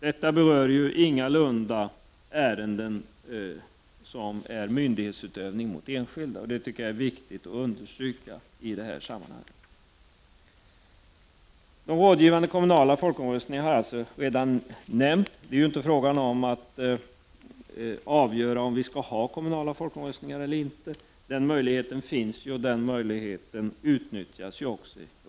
Detta gäller ju ingalunda ärenden som berör myndighetsutövning mot enskilda. Detta tycker jag är viktigt att understryka i detta sammanhang. De rådgivande kommunala folkomröstningarna har alltså redan nämnts. Det är inte fråga om att avgöra om vi skall ha kommunala folkomröstningar eller inte. Den möjligheten finns redan, och den möjligheten utnyttjas också.